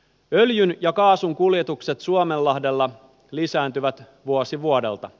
öljyn ja kaasun kuljetukset suomenlahdella lisääntyvät vuosi vuodelta